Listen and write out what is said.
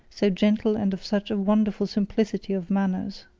so gentle, and of such a wonderful simplicity of manners.